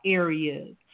areas